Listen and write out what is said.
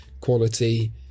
quality